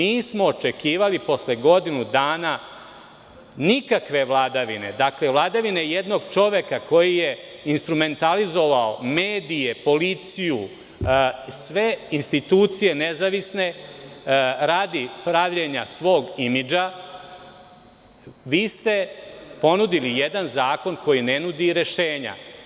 Nismo očekivali posle godinu dana nikakve vladavine, vladavine jednog čoveka koji je instrumentalizovao medije, policiju, sve institucije nezavisne radi pravljenja svog imidža, a vi ste ponudili jedan zakon koji ne nudi rešenja.